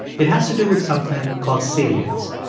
it has to do with something called salience.